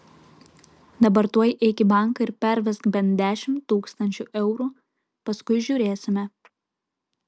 dabar tuoj eik į banką ir pervesk bent dešimt tūkstančių eurų paskui žiūrėsime